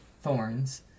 thorns